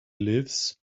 lives